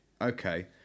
Okay